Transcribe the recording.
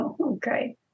Okay